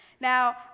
Now